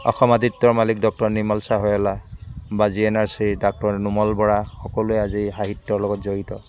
অসম আদিত্যৰ মালিক ডক্টৰ নিৰ্মল ছাহেৱালা বা জি এন আৰ চিৰ ডক্টৰ নোমল বৰা সকলোৱে আজি সাহিত্যৰ লগত জড়িত